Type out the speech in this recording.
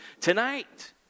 tonight